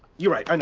you're right, and